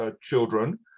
children